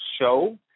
show